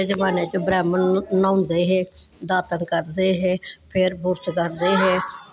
अज्ज दे जमाने च ब्राह्मण न्हौंदे हे दातन करदे हे फिर ब्रूश करदे हे